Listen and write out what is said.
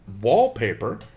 Wallpaper